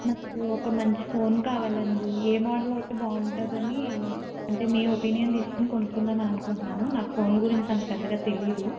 నాకు ఒక మంచి ఫోన్ కావాలండి ఏ మోడల్ అయితే బాగుంటుందని అంటే మీ ఒపీనియన్ తీసుకుని కొనుకుందామని అనుకుంటున్నాను నాకు ఫోన్లు గురించి అంత పెద్దగా తెలియదు